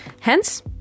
Hence